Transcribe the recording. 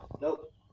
Nope